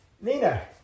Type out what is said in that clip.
Nina